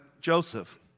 Joseph